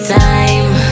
time